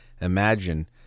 imagine